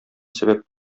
сәбәп